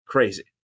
Crazy